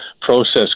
process